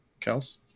Kels